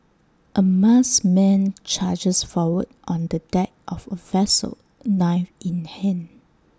A masked man charges forward on the deck of A vessel knife in hand